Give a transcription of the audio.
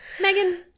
Megan